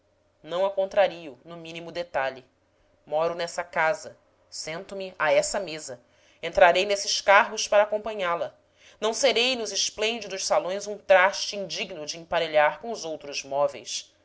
não a contrario no mínimo detalhe moro nessa casa sento me a essa mesa entrarei nesses carros para acom panhá la não serei nos esplêndidos salões um traste indigno de emparelhar com os outros móveis